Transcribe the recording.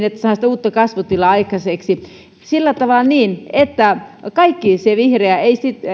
että saadaan uutta kasvutilaa aikaiseksi sillä tavalla että kaikki vihreä ei sitten